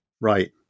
Right